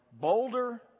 boulder